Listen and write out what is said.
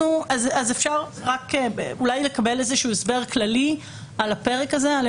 אפשר אולי לקבל איזשהו הסבר כללי על הפרק הזה שיאמר